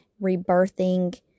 rebirthing